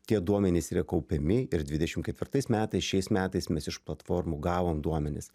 tie duomenys yra kaupiami ir dvidešimt ketvirtais metais šiais metais mes iš platformų gavom duomenis